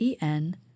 en